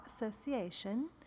Association